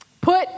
put